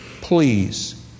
please